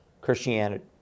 Christianity